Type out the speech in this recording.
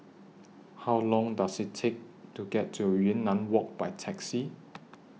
How Long Does IT Take to get to Yunnan Walk By Taxi